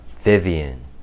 Vivian